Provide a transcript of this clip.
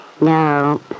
No